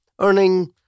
earning